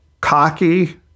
cocky